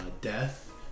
death